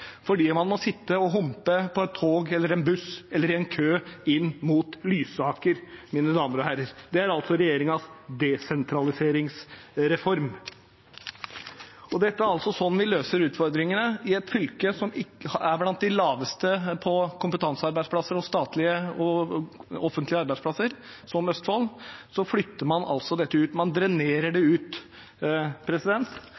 fordi man må sitte og humpe på et tog eller en buss eller i en kø inn mot Lysaker. Mine damer og herrer, det er regjeringens desentraliseringsreform. Det er altså sånn man løser utfordringene i et fylke som er blant dem som ligger lavest når det gjelder kompetansearbeidsplasser og statlige og offentlige arbeidsplasser, som Østfold. Man flytter det ut. Man drenerer det ut.